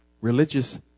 religious